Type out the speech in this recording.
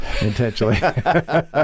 Intentionally